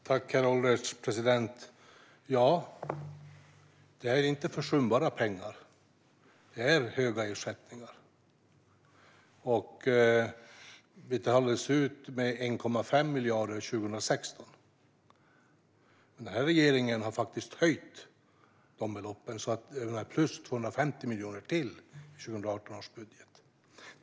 Herr ålderspresident! Det är inte försumbara pengar. Det är höga ersättningar. Det betalades ut 1,5 miljarder 2016. Den här regeringen har höjt beloppen, så det blir 250 miljoner till i 2018 års budget.